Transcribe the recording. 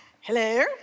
hello